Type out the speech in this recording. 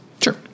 sure